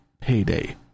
payday